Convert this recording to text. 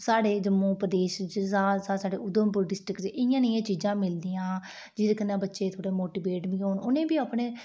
साढ़े जम्मू प्रदेश च जां साढ़े उधमपुर डिस्ट्रिक्ट च इ'यै नेहियां चीजां मिलदियां जेह्दे कन्नै बच्चे थोह्ड़ा मोटीवेट बी होन उ'नेंगी बी अपने